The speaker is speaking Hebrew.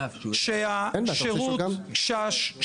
סליחה.